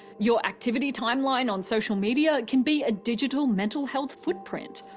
your activity timeline on social media can be a digital mental health footprint.